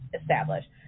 establish